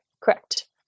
Correct